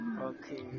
Okay